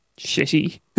shitty